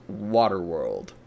Waterworld